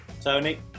Tony